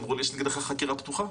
אמרו לי 'יש נגדך חקירה פתוחה'.